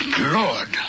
Lord